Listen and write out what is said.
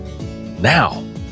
now